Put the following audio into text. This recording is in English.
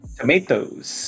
tomatoes